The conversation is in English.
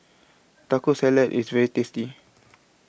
Taco Salad IS very tasty